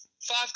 five